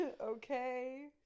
okay